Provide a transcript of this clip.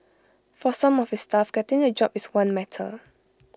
for some of his staff getting A job is one matter